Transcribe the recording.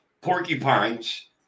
porcupines